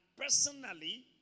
personally